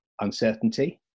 uncertainty